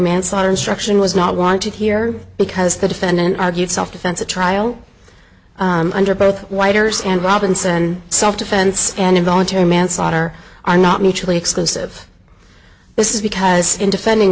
manslaughter instruction was not wanted here because the defendant argued self defense a trial under both whiter and robinson self defense and involuntary manslaughter are not mutually exclusive this is because in defending